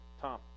Tom